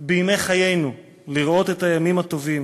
בימי חיינו לראות את הימים הטובים